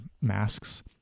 masks